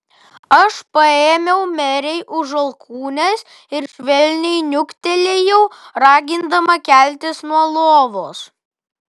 aš paėmiau merei už alkūnės ir švelniai niuktelėjau ragindama keltis nuo lovos